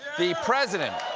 the president